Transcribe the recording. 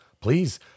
please